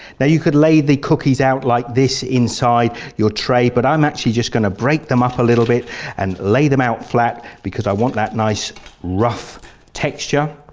now you could lay the cookies out like this inside your tray but i'm actually just going to break them up a little bit and lay them out flat because i want that nice rough texture,